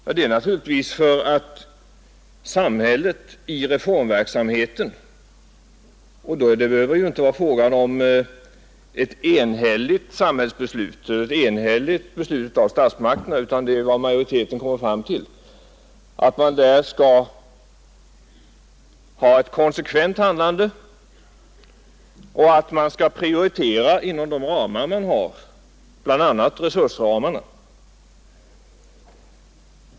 Jo, naturligtvis därför att samhället i reformverksamheten — på grundval av vad majoriteten kommer fram till — skall ha ett konsekvent handlande och därför att man måste prioritera inom de ramar som finns, bl.a. resursramarna.